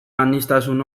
aniztasun